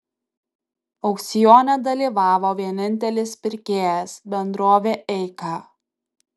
aukcione dalyvavo vienintelis pirkėjas bendrovė eika